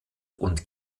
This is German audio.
und